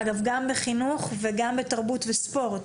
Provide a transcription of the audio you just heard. אגב גם בחינוך, וגם בתרבות וספורט.